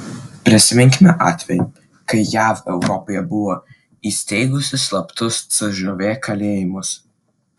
prisiminkime atvejį kai jav europoje buvo įsteigusi slaptus cžv kalėjimus